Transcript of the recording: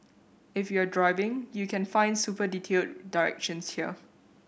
if you're driving you can find super detailed directions here